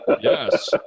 Yes